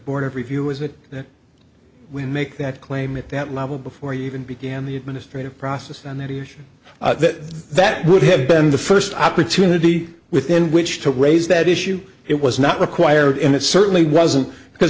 board of review is it that we make that claim at that level before you even began the administrative process and that is that that would have been the first opportunity within which to raise that issue it was not required and it certainly wasn't because